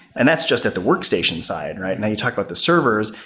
and that's just at the workstation side. now you talk about the servers.